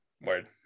Word